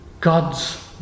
God's